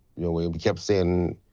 william kept saying,